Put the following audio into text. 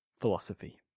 philosophy